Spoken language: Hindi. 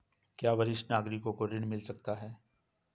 क्या वरिष्ठ नागरिकों को ऋण मिल सकता है?